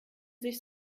sich